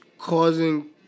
Causing